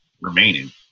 remaining